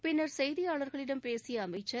பின்னர் செய்தியாளர்களிடம் பேசிய அமைச்சர்